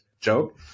joke